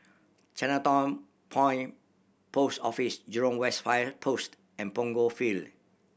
Chinatown Point Post Office Jurong West Fire Post and Punggol Field